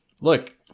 look